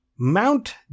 Mount